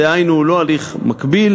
דהיינו הוא לא הליך מקביל,